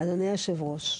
אדוני יושב הראש,